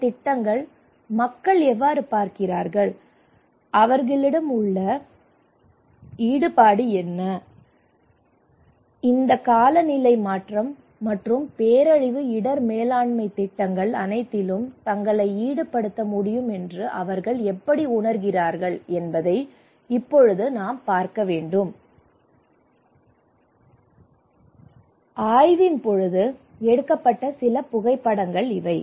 இந்த திட்டங்களை மக்கள் எவ்வாறு பார்க்கிறார்கள் அவர்களிடம் உள்ள ஈடுபாடு என்ன இந்த காலநிலை மாற்றம் மற்றும் பேரழிவு இடர் மேலாண்மை திட்டங்கள் அனைத்திலும் தங்களை ஈடுபடுத்த முடியும் என்று அவர்கள் எப்படி உணருகிறார்கள் என்பதை இப்போது நாம் பார்க்க வேண்டும் ஆய்வின் போது எடுக்கப்பட்ட சில புகைப்படங்கள் இவை